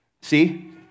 See